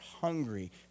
hungry